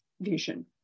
vision